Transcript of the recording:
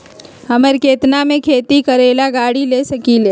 हम केतना में खेती करेला गाड़ी ले सकींले?